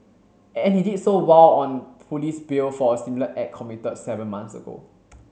and he did so while on police bail for a similar act committed seven months ago